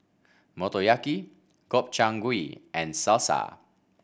Motoyaki Gobchang Gui and Salsa